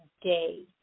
day